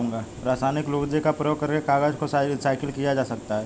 रासायनिक लुगदी का प्रयोग करके कागज को रीसाइकल किया जा सकता है